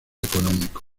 económico